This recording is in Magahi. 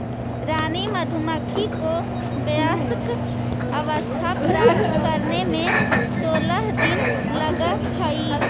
रानी मधुमक्खी को वयस्क अवस्था प्राप्त करने में सोलह दिन लगह हई